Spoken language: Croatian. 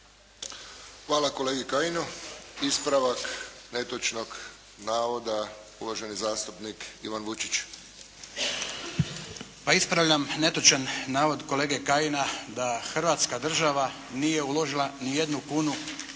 Hvala kolegi Kajinu. Ispravak netočnog navoda, uvaženi zastupnik Ivan Lucić. **Lucić, Franjo (HDZ)** Ispravljam netočan navod kolege Kajina da Hrvatska država nije uložila ni jednu kunu